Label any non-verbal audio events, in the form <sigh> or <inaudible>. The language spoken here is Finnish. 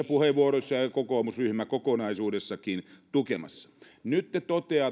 <unintelligible> puheenvuoroissanne ja kokoomusryhmä kokonaisuudessaankin tukemassa nyt te totesitte